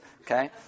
okay